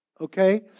okay